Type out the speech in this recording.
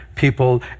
people